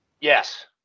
Yes